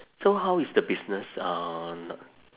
so how is the business uh